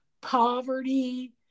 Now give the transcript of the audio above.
poverty